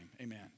amen